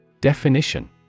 Definition